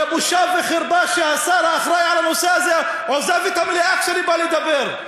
זו בושה וחרפה שהשר האחראי לנושא הזה עוזב את המליאה כשאני בא לדבר.